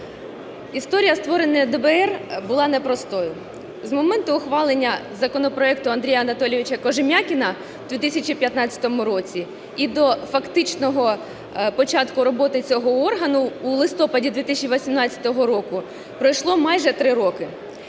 Історія створення ДБР була непростою. З моменту ухвалення законопроекту Андрія Анатолійовича Кожем'якіна у 2015 році і до фактичного початку роботи цього органу у листопаді 2018 року пройшло майже 3 роки.